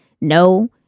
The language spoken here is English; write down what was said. no